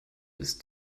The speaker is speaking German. ist